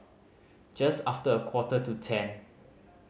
just after a quarter to ten